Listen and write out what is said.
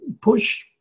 push